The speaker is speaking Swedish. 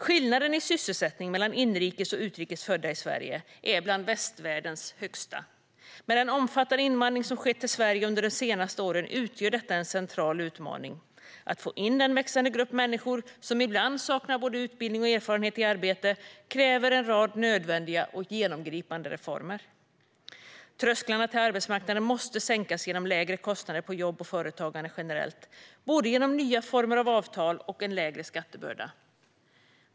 Skillnaden i sysselsättning mellan inrikes och utrikes födda i Sverige är bland västvärldens högsta. Med den omfattande invandring som skett till Sverige under de senaste åren utgör detta en central utmaning. Att få in den växande grupp människor som ibland saknar både utbildning och erfarenhet i arbete kräver en rad nödvändiga och genomgripande reformer. Trösklarna till arbetsmarknaden måste sänkas genom lägre kostnader på jobb och företagande generellt, både genom nya former av avtal och en lägre skattebörda.